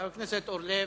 חבר הכנסת זבולון אורלב,